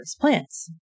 plants